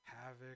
Havoc